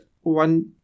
one